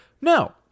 no